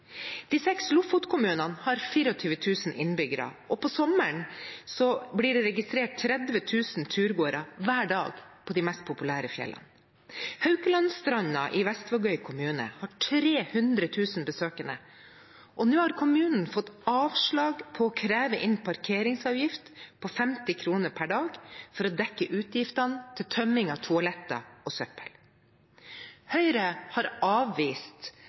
De seks lofotkommunene har 24 000 innbyggere, og sommeren 2018 ble det registrert 30 000 turgåere hver dag på de mest populære fjellene. Hauklandstranda i Vestvågøy kommune har 300 000 besøkende, og kommunen har fått avslag på å kreve inn parkeringsavgift på 50 kroner pr. dag for å dekke utgiftene til tømming av toaletter og søppel. Høyre